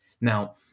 Now